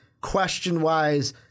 question-wise